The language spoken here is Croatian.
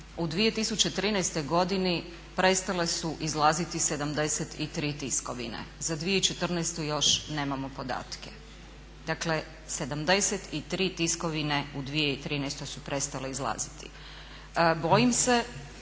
u 2013.godini prestale su izlaziti 73 tiskovine, za 2014.još nemamo podatke. Dakle 73 tiskovine u 2013.su prestale izlaziti. Bojim se